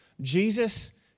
Jesus